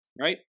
right